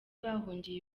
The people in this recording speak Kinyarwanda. bahungiye